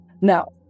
Now